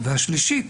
והשלישית